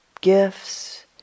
gifts